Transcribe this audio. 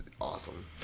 awesome